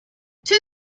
two